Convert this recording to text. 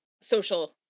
social